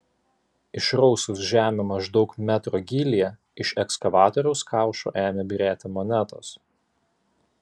išrausus žemę maždaug metro gylyje iš ekskavatoriaus kaušo ėmė byrėti monetos